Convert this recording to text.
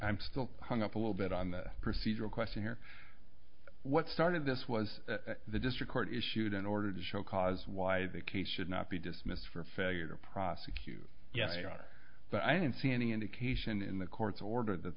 i'm still hung up a little bit on the procedural question here what started this was the district court issued an order to show cause why the case should not be dismissed for failure to prosecute yeah your honor but i didn't see any indication in the court's order that